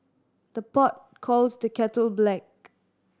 the pot calls the kettle black